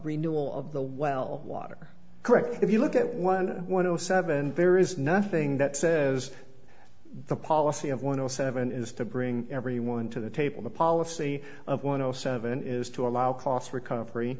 renewal of the well water correct if you look at one one zero seven there is nothing that says the policy of one zero seven is to bring everyone to the table the policy of one o seven is to allow cost recovery